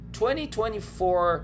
2024